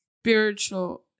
spiritual